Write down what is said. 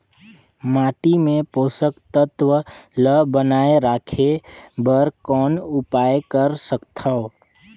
माटी मे पोषक तत्व ल बनाय राखे बर कौन उपाय कर सकथव?